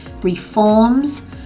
reforms